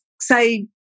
say